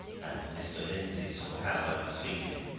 and mr. lindsey saw how i was feeling,